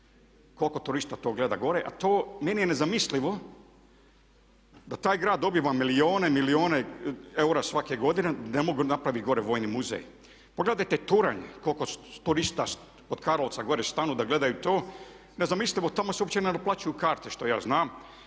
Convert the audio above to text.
koliko turista to gleda gore, a to meni je nezamislivo da taj grad dobiva milijune i milijune eura svake godine da ne mogu napraviti gore vojni muzej. Pogledajte Turanj koliko turista od Karlovca gore stanu da gledaju to. Nezamislivo, tamo se uopće ne naplaćuju karte koliko ja znam